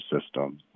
system